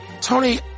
Tony